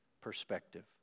perspective